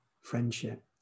friendship